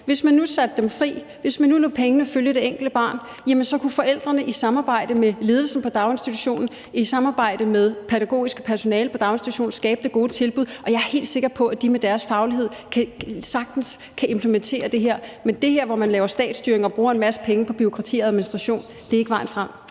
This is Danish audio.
Hvis man nu satte dem fri, hvis man nu lod pengene følge det enkelte barn, jamen så kunne forældrene i samarbejde med ledelsen for daginstitutionen, i samarbejde med det pædagogiske personale på daginstitutionen skabe det gode tilbud. Og jeg er helt sikker på, at de med deres faglighed sagtens kan implementere det her. Men med det her laver man statsstyring og bruger en masse penge på bureaukratisk administration. Det er ikke vejen frem.